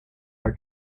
our